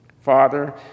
Father